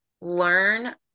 Learn